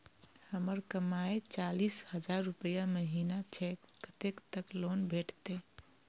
हमर कमाय चालीस हजार रूपया महिना छै कतैक तक लोन भेटते?